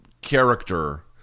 character